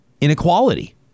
inequality